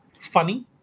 funny